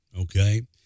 okay